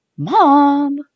mom